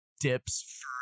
dips